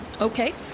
Okay